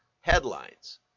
headlines